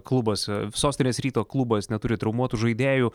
klubuose sostinės ryto klubas neturi traumuotų žaidėjų